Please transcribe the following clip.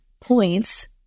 points